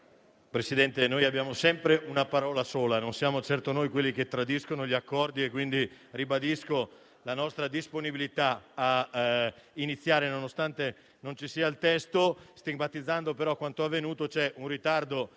Presidente, abbiamo sempre una parola sola. Non siamo certo noi quelli che tradiscono gli accordi, quindi ribadisco la nostra disponibilità a iniziare, nonostante non ci sia il testo, stigmatizzando però quanto avvenuto, ossia un ritardo